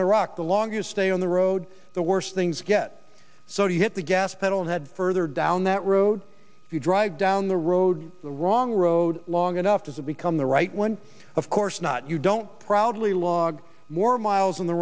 in iraq the longest stay on the road the worst things get so do you hit the gas pedal head further down that road you drive down the road the wrong road long enough to become the right one of course not you don't proudly log more miles in the